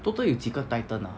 total 有几个 titan ah